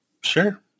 Sure